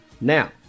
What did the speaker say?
Now